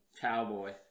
cowboy